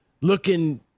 looking